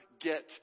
get